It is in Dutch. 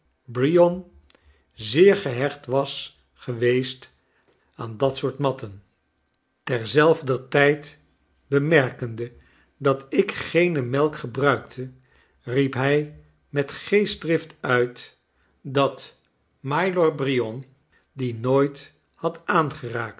bryon zeer gehecht was geweest aan dat soort matten ter zelfder tijd bemerkende dat ik geene melk gebruikte riep hij met geestdrift uit dat mylor bryon die nooit had aangeraakt